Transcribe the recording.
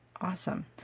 Awesome